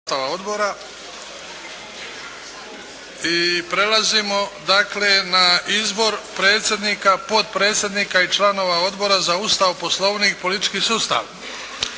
sastava odbora. Prelazimo na slijedeću točku. 8. Izbor predsjednika, potpredsjednika i članova Odbora za Ustav, poslovnik i politički sustav